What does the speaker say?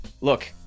look